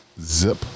Zip